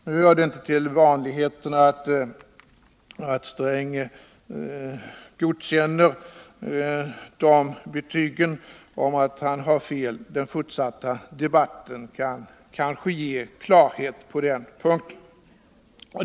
Nu hör det inte till vanligheterna att Gunnar Sträng godkänner betyg om att han har fel. Den fortsatta debatten kan kanske bringa klarhet på den punkten.